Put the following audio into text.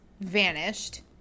vanished